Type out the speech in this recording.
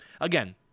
again